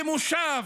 במושב,